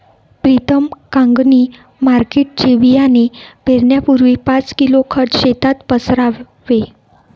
प्रीतम कांगणी मार्केटचे बियाणे पेरण्यापूर्वी पाच किलो खत शेतात पसरावे